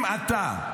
אם אתה,